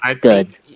good